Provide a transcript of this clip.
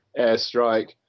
airstrike